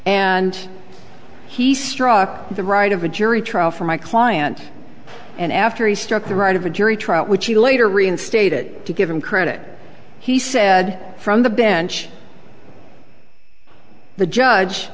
and he struck the right of a jury trial for my client and after he struck the right of a jury trial which he later reinstated to give him credit he said from the bench the judge